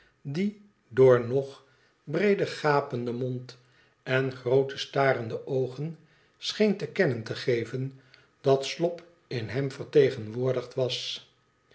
die door nog breeder gapenden mond en groote starende oogen scheen te kennen te geven dat slop in hem vertegenwoordigd was